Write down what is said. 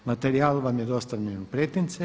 Materijal vam je dostavljen u pretince.